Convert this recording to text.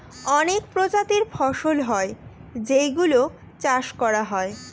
অনেক প্রজাতির ফসল হয় যেই গুলো চাষ করা হয়